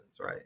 right